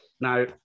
Now